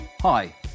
Hi